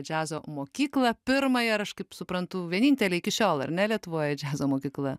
džiazo mokyklą pirmąją ir aš kaip suprantu vienintelė iki šiol ar ne lietuvoje džiazo mokykla